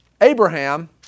Abraham